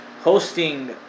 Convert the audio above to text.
hosting